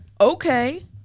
okay